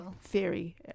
theory